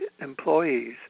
employees